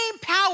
power